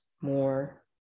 More